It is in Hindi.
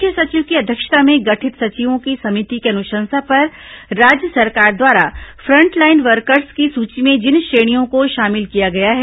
मुख्य सचिव की अध्यक्षता में गठित सचिवों की समिति की अनुशंसा पर राज्य सरकार द्वारा फ्रंटलाइन वर्कर्स की सूची में जिन श्रेणियों को शामिल किया गया है